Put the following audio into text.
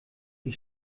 wie